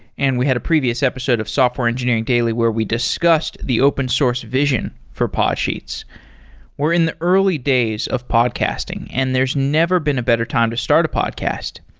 and we had a previous episode of software engineering daily where we discussed the open source vision for podsheets we're in the early days of podcasting and there's never been a better time to start a podcast.